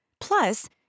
Plus